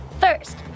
First